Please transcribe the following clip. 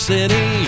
City